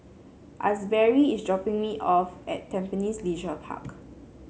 Asberry is dropping me off at Tampines Leisure Park